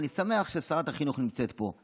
ואני שמח ששרת החינוך נמצאת פה,